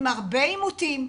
עם הרבה עימותים.